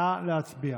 נא להצביע.